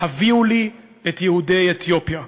"הביאו לי את יהודי אתיופיה"